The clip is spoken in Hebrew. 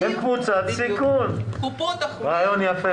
רעיון יפה.